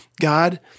God